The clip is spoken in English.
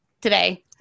today